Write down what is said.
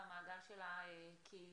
למעגל של הקהילה,